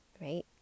right